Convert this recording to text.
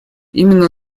именно